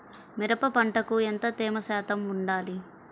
మిరప పంటకు ఎంత తేమ శాతం వుండాలి?